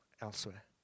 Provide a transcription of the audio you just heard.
elsewhere